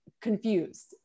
Confused